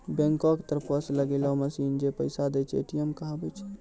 बैंको के तरफो से लगैलो मशीन जै पैसा दै छै, ए.टी.एम कहाबै छै